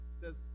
says